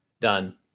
done